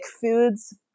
foods